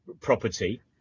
property